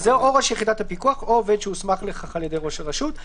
זה "או ראש יחידת הפיקוח או עובד שהוסמך לכך על ידי ראש הרשות".